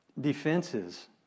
Defenses